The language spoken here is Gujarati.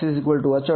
અથવા dUdxઅચળ